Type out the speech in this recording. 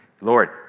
Lord